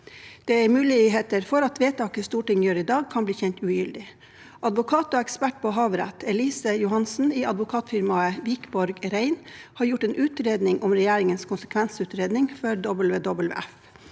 Det er muligheter for at vedtaket Stortinget gjør i dag, kan bli kjent ugyldig. Advokat og ekspert på havrett Elise Johansen i advokatfirmaet Wikborg Rein har gjort en utredning om regjeringens konsekvensutredning for WWF,